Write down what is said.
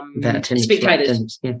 spectators